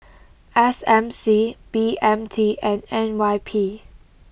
S M C B M T and N Y P